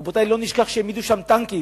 רבותי, לא נשכח שהעמידו שם טנקים.